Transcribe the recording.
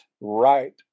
right